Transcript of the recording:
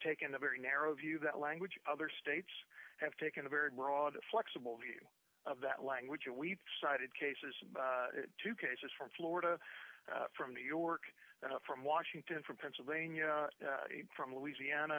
taken a very narrow view that language other states have taken a very broad flexible view of that language and we've cited cases two cases from florida from new york from washington from pennsylvania from louisiana